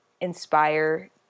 inspire